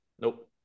Nope